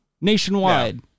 nationwide